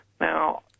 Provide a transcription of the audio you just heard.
Now